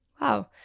Wow